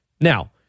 Now